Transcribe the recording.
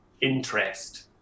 interest